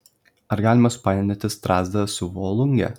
ar galima supainioti strazdą su volunge